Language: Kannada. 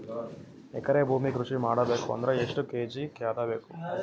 ಎಕರೆ ಭೂಮಿ ಕೃಷಿ ಮಾಡಬೇಕು ಅಂದ್ರ ಎಷ್ಟ ಕೇಜಿ ಖಾದ್ಯ ಬೇಕು?